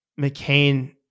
McCain